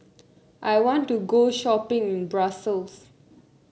I want to go shopping in Brussels